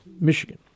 Michigan